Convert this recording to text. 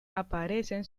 aparecen